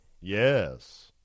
Yes